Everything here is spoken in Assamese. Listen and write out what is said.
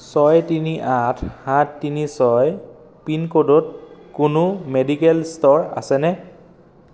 ছয় তিনি আঠ সাত তিনি ছয় পিন ক'ডত কোনো মেডিকেল ষ্ট'ৰ আছেনে